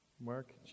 Mark